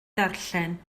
darllen